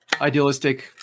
idealistic